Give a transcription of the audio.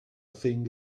thing